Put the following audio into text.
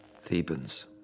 Thebans